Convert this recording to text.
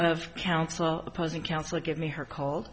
of counsel opposing counsel give me her c